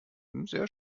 sehr